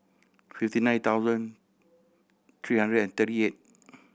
fifty nine thousand three hundred and thirty eight